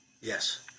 yes